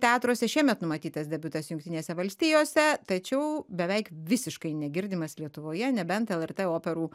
teatruose šiemet numatytas debiutas jungtinėse valstijose tačiau beveik visiškai negirdimas lietuvoje nebent lrt operų